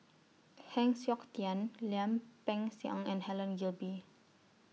Heng Siok Tian Lim Peng Siang and Helen Gilbey